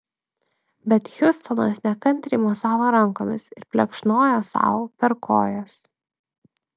bet hiustonas nekantriai mosavo rankomis ir plekšnojo sau per kojas